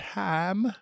time